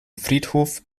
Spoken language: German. friedhof